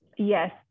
Yes